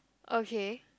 okay